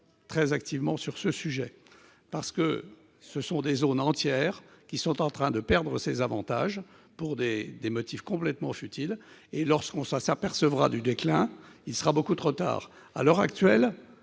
très activement sur ce sujet, parce que ce sont des zones entières qui sont en train de perdre ces avantages pour des motifs complètement futiles. Lorsqu'on s'apercevra du déclin, il sera beaucoup trop tard. À l'heure actuelle,